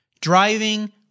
driving